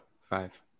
Five